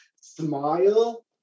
smile